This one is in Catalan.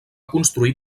construir